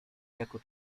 jako